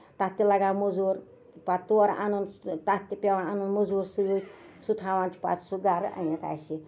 تَتھ تہِ لگان موزوٗر پَتہٕ تورٕ اَنُن تَتھ تہِ پیوان اَنُن موزوٗر سۭتۍ سُہ تھاوان چھُ پَتہٕ سُہ گرٕ أنِتھ اسہِ